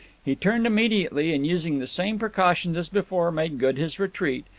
he turned immediately, and using the same precautions as before made good his retreat,